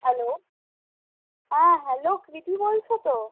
hello হ্যাঁ hello Kriti বলছো তো